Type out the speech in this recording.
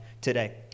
today